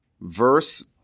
verse